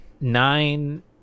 nine